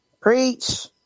Preach